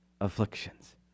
afflictions